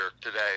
today